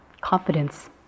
confidence